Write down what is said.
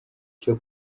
cyo